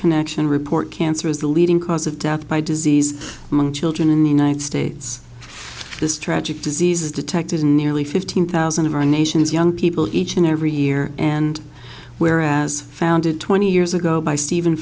connection report cancer is the leading cause of death by disease among children in the united states this tragic disease is detectives nearly fifteen thousand of our nation's young people each and every year and where as founded twenty years ago by ste